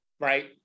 Right